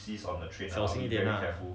小心一点啊